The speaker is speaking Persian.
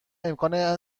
امکان